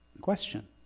question